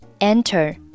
Enter